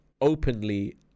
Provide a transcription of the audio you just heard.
openly